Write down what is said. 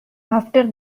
after